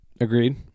Agreed